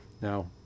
Now